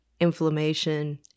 inflammation